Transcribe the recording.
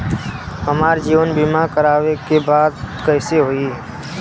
हमार जीवन बीमा करवावे के बा त कैसे होई?